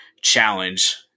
challenge